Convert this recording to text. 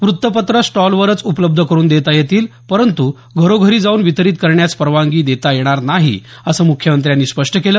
व्रत्तपत्र स्टॉलवर उपलब्ध करून देता येतील परंतु घरोघरी जाऊन वितरित करण्यास परवानगी देता येणार नाही असं मुख्यमंत्र्यांनी स्पष्ट केलं